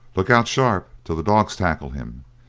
look out sharp till the dogs tackle him,